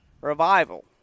Revival